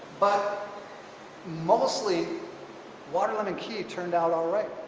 but mostly waterlemon cay turned out all right.